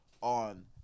on